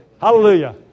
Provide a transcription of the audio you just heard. Hallelujah